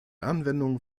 anwendung